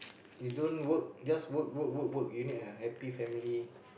you don't work just work work work work you need a happy family